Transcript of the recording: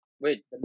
Wait